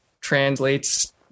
translates